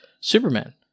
Superman